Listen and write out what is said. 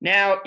Now